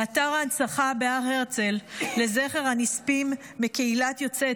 באתר ההנצחה בהר הרצל לזכר הנספים מקהילת יוצאי